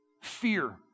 fear